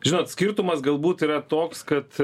žinot skirtumas galbūt yra toks kad